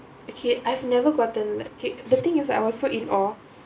okay I've never gotten like okay the thing is I was so in awe